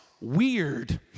weird